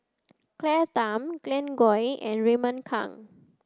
Claire Tham Glen Goei and Raymond Kang